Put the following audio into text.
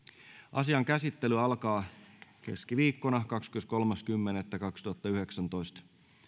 asian käsittely alkaa keskiviikkona kahdeskymmeneskolmas kymmenettä kaksituhattayhdeksäntoista